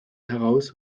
heraus